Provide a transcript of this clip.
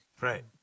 Right